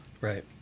Right